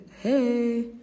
Hey